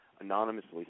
anonymously